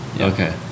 okay